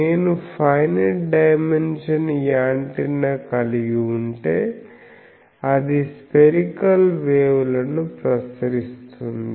నేను finite dimension antenna కలిగి ఉంటే అది స్పెరికల్ వేవ్ లను ప్రసరిస్తుంది